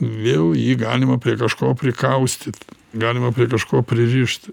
vėl jį galima prie kažko prikaustyt galima prie kažko pririšt